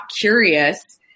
curious